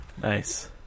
Nice